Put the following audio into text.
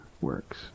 works